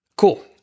Cool